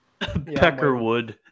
Peckerwood